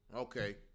Okay